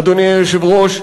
אדוני היושב-ראש,